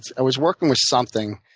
i was working with something.